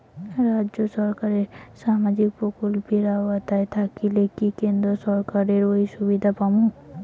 রাজ্য সরকারের সামাজিক প্রকল্পের আওতায় থাকিলে কি কেন্দ্র সরকারের ওই সুযোগ পামু?